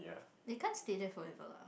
they can't stay there forever lah